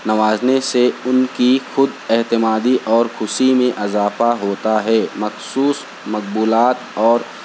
نوازنے سے ان کی خود اعتمادی اور خوشی میں اضافہ ہوتا ہے مخصوص مقبولات اور